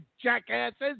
jackasses